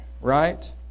right